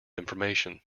information